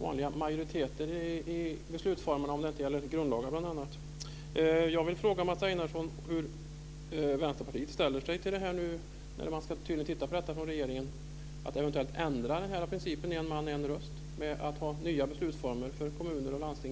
vanliga majoriteter i beslutsformerna, utom för bl.a. grundlagarna. Jag vill fråga Mats Einarsson hur Vänsterpartiet ställer sig till detta när regeringen ska titta på att eventuellt ändra principen en man-en röst med att i vissa frågor ha nya beslutsformer för kommuner och landsting.